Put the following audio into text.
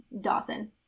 Dawson